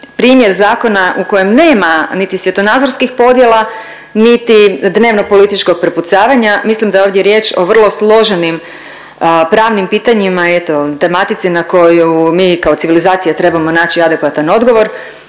primjer zakona u kojem nema niti svjetonazorskih podjela, niti dnevnopolitičkog prepucavanja, mislim da je ovdje riječ o vrlo složenim pravnim pitanjima i eto tematici na koju mi kao civilizacija trebamo naći adekvatan odgovor